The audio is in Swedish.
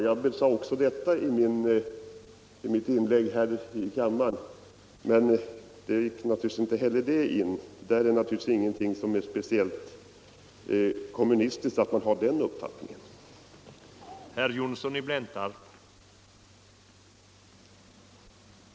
Jag uttryckte samma sak i mitt inlägg här, men det gick naturligtvis inte heller in. Det är inte någonting speciellt kommunistiskt att ha den uppfattning Sune Olsson talar om.